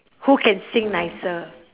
who can sing nicer